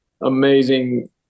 amazing